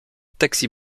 taxi